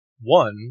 one